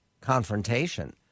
confrontation